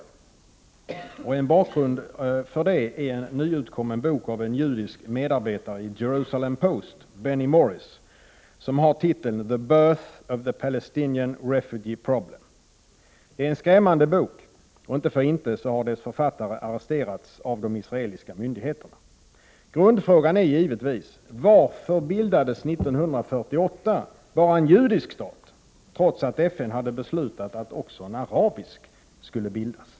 I en nyutkommen bok med titeln The Birth of the Palestinian refugeeproblem, av en judisk medarbetare i Jerusalem Post, Benny Morris, står att läsa om en bakgrund till detta. Det är en skrämmande bok, och inte för inte har författaren arresterats av de israeliska myndigheterna. Grundfrågan är givetvis: Varför bildades 1948 bara en judisk stat, trots att FN hade beslutat att också en arabisk stat skulle bildas?